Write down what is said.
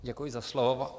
Děkuji za slovo.